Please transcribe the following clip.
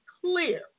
clear